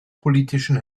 politischen